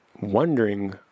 wondering